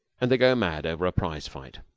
and they go mad over a prize-fight.